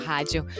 Rádio